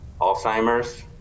Alzheimer's